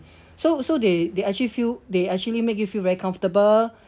so so they they actually feel they actually make you feel very comfortable